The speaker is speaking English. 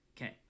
Okay